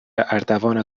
اردوان